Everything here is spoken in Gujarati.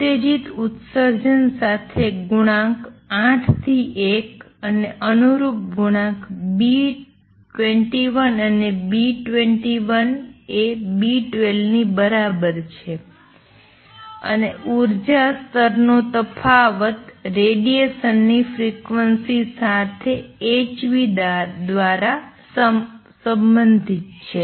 ઉત્તેજિત ઉત્સર્જન સાથે કોએફિસિએંટ ૮ થી ૧ અને અનુરૂપ કોએફિસિએંટ B21 અને B21 એ B12 ની બરાબર છે અને ઉર્જા સ્તરનો તફાવત રેડિએશન ની ફ્રિક્વન્સી સાથે hv દ્વારા સંબંધિત છે